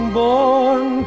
born